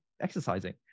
exercising